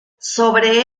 sobre